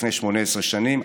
לפני 18 שנים.